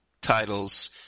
titles